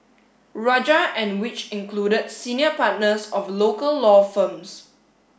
rajah and which included senior partners of local law firms